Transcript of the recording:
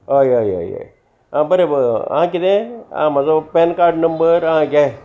हय हय हय हय आ बरें बरें आं कितें आं म्हाजो पॅन कार्ड नंबर आं घे